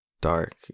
dark